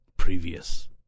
previous